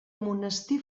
monestir